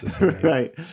Right